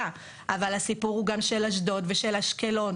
זה לא עניין של ימין ושמאל,